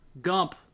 Gump